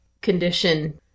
condition